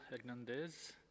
Hernandez